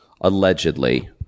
allegedly